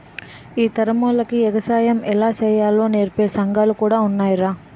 ఈ తరమోల్లకి ఎగసాయం ఎలా సెయ్యాలో నేర్పే సంగాలు కూడా ఉన్నాయ్రా